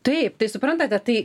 taip tai suprantate tai